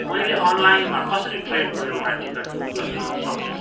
मैले अनलाइनमा कसरी ट्रेनको एउटा टिकट बुक गर्न सक्छु